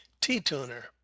T-Tuner